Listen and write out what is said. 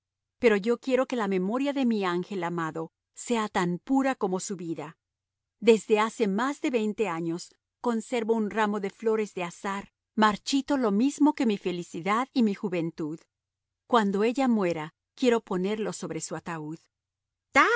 pero yo quiero que la memoria de mi ángel amado sea tan pura como su vida desde hace más de veinte años conservo un ramo de flores de azahar marchito lo mismo que mi felicidad y mi juventud cuando ella muera quiero ponerlo sobre su ataúd